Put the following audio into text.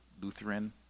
Lutheran